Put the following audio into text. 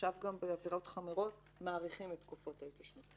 עכשיו גם בעבירות חמורות מאריכים את תקופות ההתיישנות.